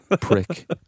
prick